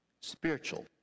spiritual